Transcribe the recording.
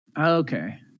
Okay